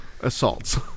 assaults